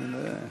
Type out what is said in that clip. אולי מישהו,